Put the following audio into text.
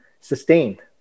sustained